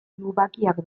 lubakiak